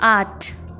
आठ